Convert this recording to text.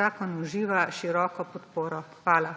zakon uživa široko podporo. Hvala.